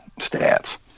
stats